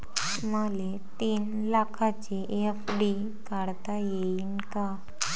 मले तीन लाखाची एफ.डी काढता येईन का?